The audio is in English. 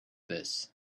this